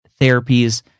therapies